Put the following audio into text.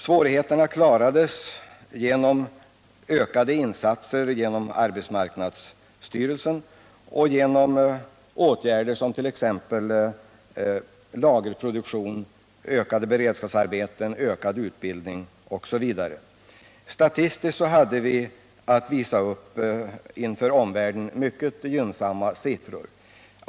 Svårigheterna klarades genom ökade insatser från arbetsmarknadsmyndigheternas sida, t.ex. lagerproduktion, ökade beredskapsarbeten och ökad utbildning. Statistiskt sett hade vi mycket gynnsamma siffror att visa upp inför omvärlden.